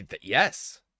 Yes